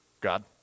God